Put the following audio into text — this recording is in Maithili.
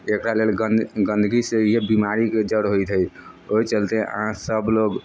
एकरा लेल गन्द गन्दगी से बिमारीके जड़ होइत है ओहि चलते अहाँ सभ लोग